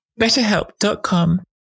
betterhelp.com